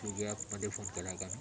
Swiggy ॲपमधे phone केला आहे का मी